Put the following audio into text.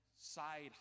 side